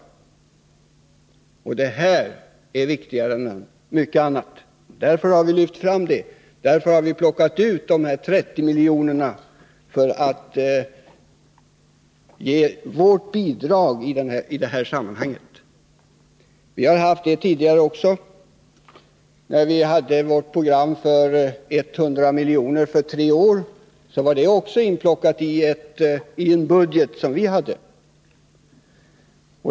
Det vi nu diskuterar är viktigare än mycket annat. Därför har vi lyft fram detta och plockat ut de här 30 miljonerna för att ge vårt bidrag i det här sammanhanget. Vi har gjort liknande prioriteringar tidigare. Också vårt program med 100 miljoner för tre år hänförde sig till den budget vi hade.